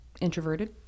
introverted